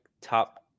top –